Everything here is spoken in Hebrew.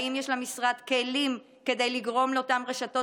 האם יש למשרד כלים כדי לגרום לאותן רשתות